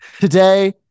today